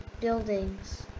buildings